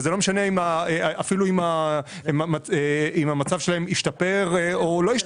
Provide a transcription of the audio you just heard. ולא משנה אם המצב שלהם השתפר או לא.